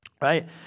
right